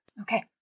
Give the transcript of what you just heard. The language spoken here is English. Okay